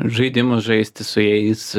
žaidimus žaisti su jais